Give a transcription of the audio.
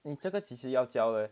你这个几时要交的